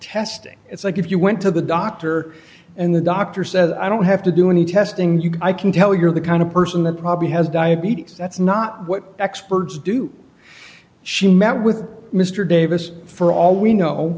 testing it's like if you went to the doctor and the doctor says i don't have to do any testing you i can tell you're the kind of person that probably has diabetes that's not what experts do she met with mr davis for all we know